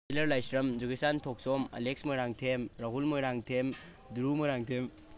Hitler Laishram ꯖꯨꯒꯤꯆꯥꯟ Thokchom Alex Moirangthem Rahul Moirangthem ꯗꯨꯔꯨ ꯃꯣꯏꯔꯥꯡꯊꯦꯝ